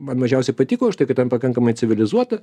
man mažiausiai patiko už tai kad ten pakankamai civilizuota